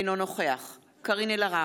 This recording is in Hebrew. אינו נוכח קארין אלהרר,